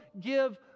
give